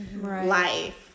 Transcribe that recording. life